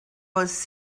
was